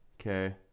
Okay